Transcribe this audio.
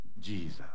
Jesus